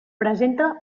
presenta